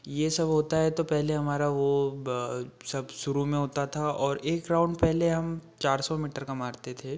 ये सब होता है तो पहले हमारा वो ब सब शुरू में होता था और एक राउंड पहले हम चार सौ मीटर का मारते थे